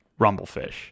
Rumblefish